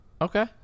Okay